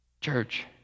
Church